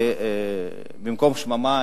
במקום שממה,